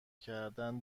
کردن